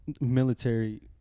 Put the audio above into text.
military